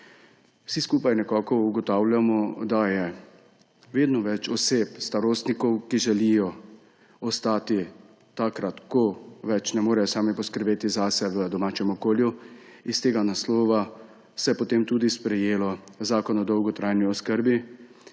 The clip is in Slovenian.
Vsi skupaj nekako ugotavljamo, da je vedno več oseb starostnikov, ki želijo ostati takrat, ko več ne morejo sami poskrbeti zase, v domačem okolju. Iz tega naslova se je potem tudi sprejel Zakon o dolgotrajni oskrbi,